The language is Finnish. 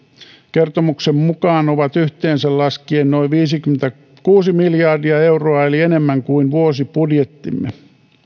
kertomuksen mukaan ovat yhteensä laskien noin viisikymmentäkuusi miljardia euroa eli enemmän kuin vuosibudjettimme